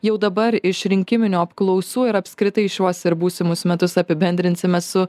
jau dabar iš rinkiminių apklausų ir apskritai šiuos ir būsimus metus apibendrinsime su